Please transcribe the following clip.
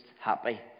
happy